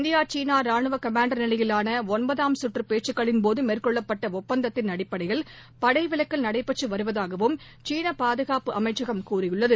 India சீனாராணுவகமாண்டர் நிலையிவானதன்பதாம் கற்றுபேச்சுக்களின்போதுமேற்கொள்ளப்பட்டஆப்பந்தத்தின் அடப்படையில் படைவிலக்கல் நடைபெற்றுவருவதாகவும் சீனபாதுகாப்பு அமைச்சகம் தெரிவித்துள்ளது